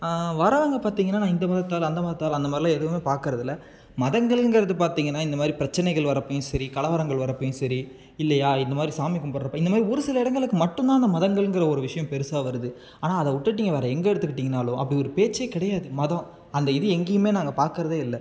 வரவங்க பார்த்தீங்கன்னா நான் இந்த மதத்தார் அந்த மதத்தார் அந்த மாதிரிலாம் எதுமே பார்க்கறது இல்லை மதங்களுங்கிறது பார்த்தீங்கன்னா இந்தமாதிரி பிரச்சனைகள் வரப்பையும் சரி கலவரங்கள் வரப்பையும் சரி இல்லையா இந்தமாதிரி சாமி கும்பிட்றப்ப இந்தமாதிரி ஒரு சில இடங்களுக்கு மட்டும் தான் அந்த மதங்கள்ங்கிற ஒரு விஷயம் பெருசாக வருது ஆனால் அதை விட்டுட்டு நீங்கள் வேற எங்கே எடுத்துக்கிட்டிங்கனாலும் அப்படி ஒரு பேச்சே கிடையாது மதம் அந்த இது எங்கேயுமே நாங்கள் பார்க்கறதே இல்லை